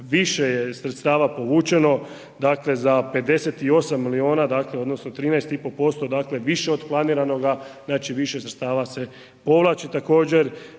više je sredstava povučeno, dakle za 58 milijuna, dakle u odnosu na 13,5% dakle više od planiranoga, znači više sredstava se povlači. Također